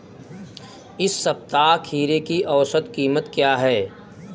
इस सप्ताह खीरे की औसत कीमत क्या है?